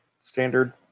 standard